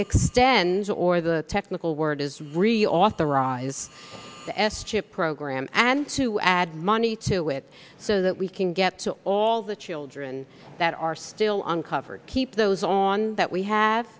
extend or the technical word is reauthorize s chip program and to add money to it so that we can get all the children that are still on cover keep those on that we have